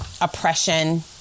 oppression